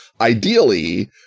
ideally